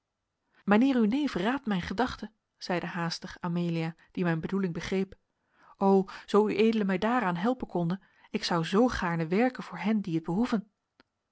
uw neef raadt mijn gedachten zeide haastig amelia die mijn bedoeling begreep o zoo ued mij daaraan helpen konde ik zou zoo gaarne werken voor hen die het behoeven